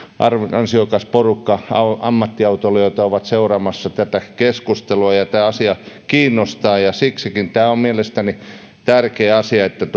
ansiokas porukka ammattiautoilijoita on seuraamassa tätä keskustelua ja tämä asia kiinnostaa siksikin tämä on mielestäni tärkeä asia että